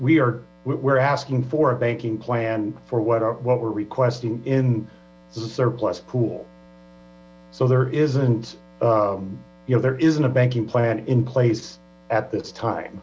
we are we're asking for a banking plan for what what we're requesting in the surplus pool so there isn't there isn't a banking plan in place at this time